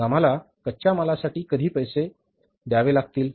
मग आम्हाला कच्च्या मालासाठी कधी पैसे द्यावे लागतील